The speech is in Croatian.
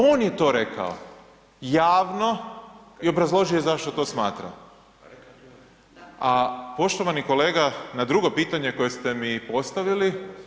On je to rekao, javno i obrazložio zašto to smatra, a poštovani kolega, na drugo pitanje koje ste mi postavili.